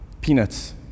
peanuts